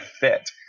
fit